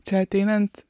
čia ateinant